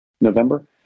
November